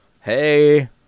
Hey